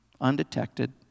undetected